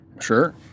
Sure